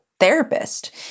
Therapist